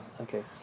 okay